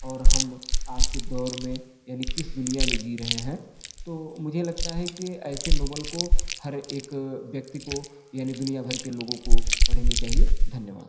और हम आज के दौर में यानि किस दुनिया में जी रहे हैं तो मुझे लगता है कि ऐसे नोबेल को हर एक व्यक्ति को यानी दुनिया भर के लोगों को पढ़नी चाहिए धन्यवाद